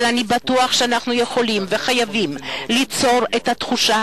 אבל אני בטוח שאנחנו יכולים וחייבים ליצור את התחושה